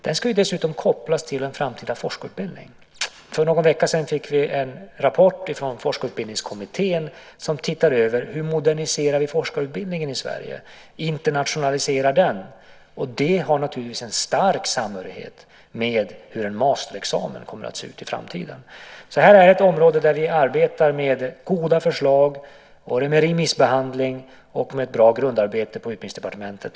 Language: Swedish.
Den ska dessutom kopplas till en framtida forskarutbildning. För någon vecka sedan fick vi en rapport från Forskarutbildningskommittén som ser över hur vi moderniserar forskarutbildningen i Sverige och internationaliserar den. Det har naturligtvis en stark samhörighet med hur en masterexamen kommer att se ut i framtiden. Det här är alltså ett område där vi arbetar med goda förslag, med remissbehandling och med ett bra grundarbete på Utbildningsdepartementet.